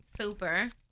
Super